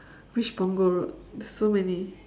which punggol road so many